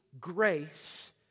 grace